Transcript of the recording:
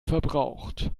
verbraucht